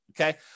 okay